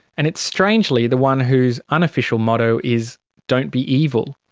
and it's strangely the one whose unofficial motto is don't be evil.